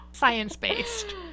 science-based